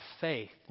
faith